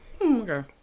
Okay